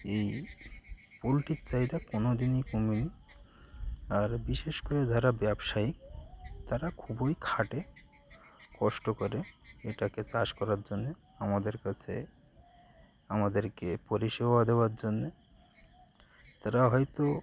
এই পোলট্রির চাহিদা কোনো দিনই কমেনি আর বিশেষ করে যারা ব্যবসায়ী তারা খুবই খাটে কষ্ট করে এটাকে চাষ করার জন্যে আমাদের কাছে আমাদেরকে পরিষেবা দেওয়ার জন্যে তারা হয়তো